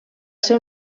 ser